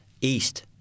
east